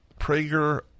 Prager